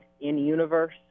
in-universe